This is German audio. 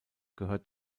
gehört